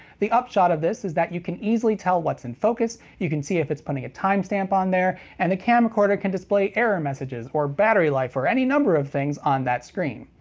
the upshot of this is that you can easily tell what's in focus, you can see if its putting a timestamp on there, and the camcorder can display error messages or battery life or any number of things on that screen.